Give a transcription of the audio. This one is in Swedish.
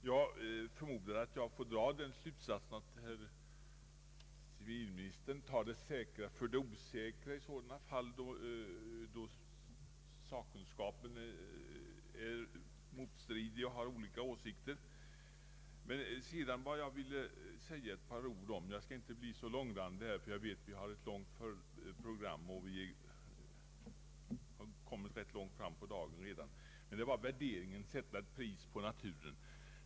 Jag förmodar att jag får dra den slutsatsen att herr civilministern tar det säkra för det osäkra i sådana fall då sakkunskapen är motstridig och har olika åsikter. Jag skall i övrigt inte bli så långrandig, ty jag vet att vi har ett långt program och att vi redan är en bit inne på dagen, men jag vill säga några få ord angående värderingen av naturen.